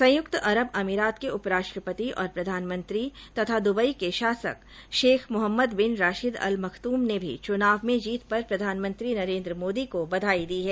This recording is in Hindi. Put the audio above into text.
संयुक्त अरब अमीरात के उपराष्ट्रपति और प्रधानमंत्री तथा दुबई के शासक Sheikh Mohammed bin Rashid Al Maktoum ने भी चुनाव में जीत पर प्रधानमंत्री नरेन्द्र मोदी को बधाई दी है